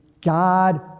God